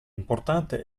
importante